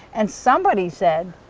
and somebody said,